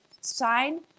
sign